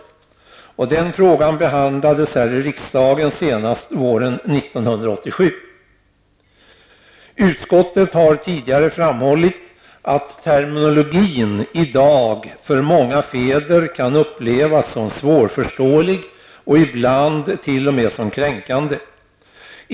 Den frågan behandlades här i riksdagen senast våren 1987. Utskottet har tidigare framhållit att terminologin i dag för många fäder kan upplevas som svårförståelig och ibland t.o.m. som kränkande.